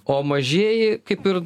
o mažieji kaip ir